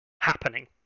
happening